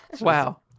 Wow